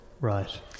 Right